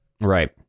Right